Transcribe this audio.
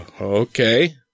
okay